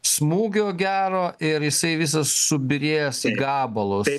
smūgio gero ir jisai visas subyrės į gabalus